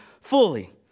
fully